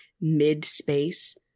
mid-space